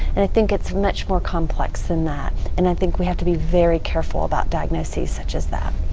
and i think it's much more complex than that and i think we have to be very careful about diagnoses such as that.